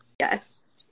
yes